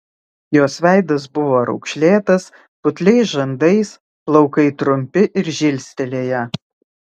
jos veidas buvo raukšlėtas putliais žandais plaukai trumpi ir žilstelėję